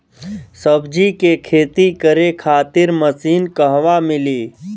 सब्जी के खेती करे खातिर मशीन कहवा मिली?